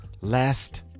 last